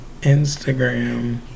Instagram